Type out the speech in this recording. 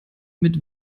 mit